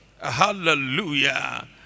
Hallelujah